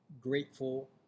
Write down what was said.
grateful